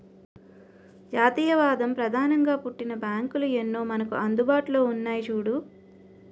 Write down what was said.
జాతీయవాదం ప్రధానంగా పుట్టిన బ్యాంకులు ఎన్నో మనకు అందుబాటులో ఉన్నాయి చూడు